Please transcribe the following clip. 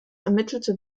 ermittelte